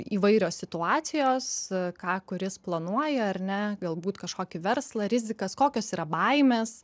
įvairios situacijos ką kuris planuoja ar ne galbūt kažkokį verslą rizikas kokios yra baimės